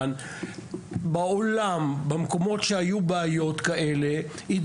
לאחר דרבי שהתקיים בהיכל כתבנו